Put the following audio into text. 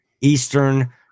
Eastern